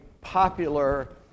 popular